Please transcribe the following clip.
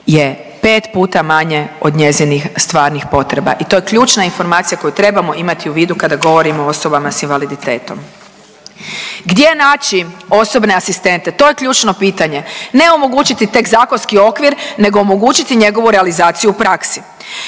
je 5 puta manje od njezinih stvarnih potreba. I to je ključna informacija koju trebamo imati u vidu kada govorimo o osobama s invaliditetom. Gdje naći osobne asistente? To je ključno pitanje. Ne omogućiti tek zakonski okvir nego omogućiti njegovu realizaciju u praksi.